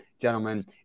gentlemen